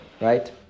Right